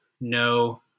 no